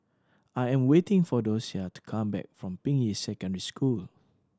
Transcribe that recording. I am waiting for Docia to come back from Ping Yi Secondary School